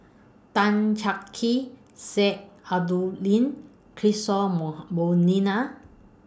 Tan Cheng Kee Sheik Alau'ddin Kishore Mo